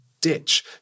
ditch